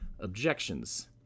objections